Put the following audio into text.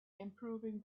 improving